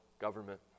government